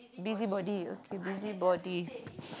busybody okay busybody